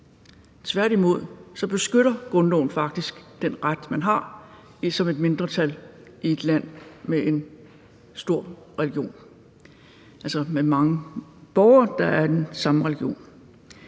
Tværtimod beskytter grundloven faktisk den ret, man har som et mindretal i et land med én stor religion, altså med mange borgere, der har den samme religion.